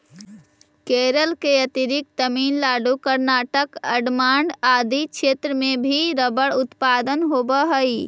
केरल के अतिरिक्त तमिलनाडु, कर्नाटक, अण्डमान आदि क्षेत्र में भी रबर उत्पादन होवऽ हइ